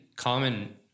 common